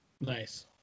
Nice